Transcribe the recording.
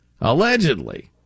Allegedly